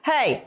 Hey